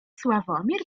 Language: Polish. sławomir